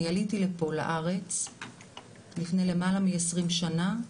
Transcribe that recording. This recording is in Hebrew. אני עליתי לארץ לפני למעלה מ-20 שנה,